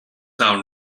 town